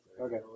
Okay